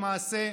למעשה,